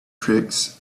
tricks